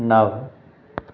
नव